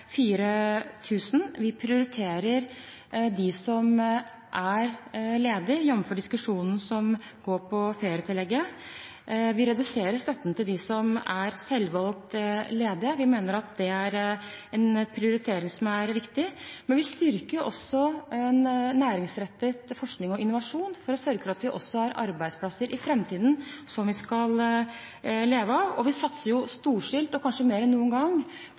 og vi prioriterer dem som er ledige – jamfør diskusjonen som går på ferietillegget. Vi reduserer støtten til dem som er selvvalgt ledige, og vi mener at det er en prioritering som er viktig. Vi styrker næringsrettet forskning og innovasjon for å sørge for at vi har arbeidsplasser også i framtiden som vi skal leve av. Vi satser storstilt, kanskje mer enn noen gang,